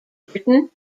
britain